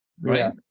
Right